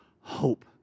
hope